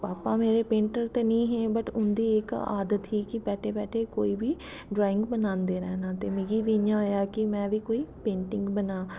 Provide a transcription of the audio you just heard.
भापा मेरे पेंटर नेईं हे वट् उं'दी इक आदत ही कि बैठे बैठे कोई बी ड्राइंग बनांदे रैह्नां ते मिगी बी इ'यां होया कि में बी कोई पेंटिंग बनांऽ